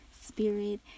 spirit